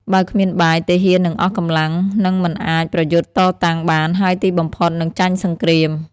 បើគ្មានបាយ ទាហាននឹងអស់កម្លាំង និងមិនអាចប្រយុទ្ធតតាំងបាន ហើយទីបំផុតនឹងចាញ់សង្គ្រាម។